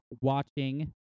watching